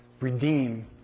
redeem